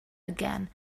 again